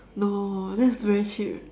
no that's very cheap